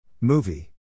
Movie